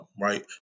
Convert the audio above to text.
right